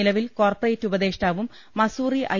നിലവിൽ കോർപ്പറേറ്റ് ഉപദേഷ്ടാവും മസൂറി ഐ